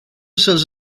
serves